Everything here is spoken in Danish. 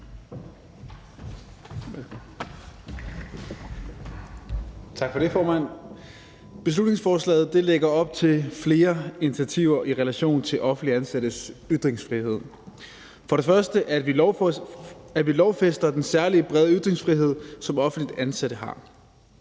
Tak for det, formand. Beslutningsforslaget lægger op til flere initiativer i relation til offentligt ansattes ytringsfrihed, for det første, at vi lovfæster den særlige brede ytringsfrihed, som offentligt ansatte har.